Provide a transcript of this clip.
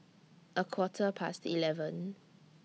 A Quarter Past eleven